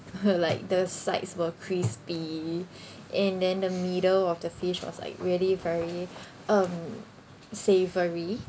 like the sides were crispy and then the middle of the fish was like really very um savoury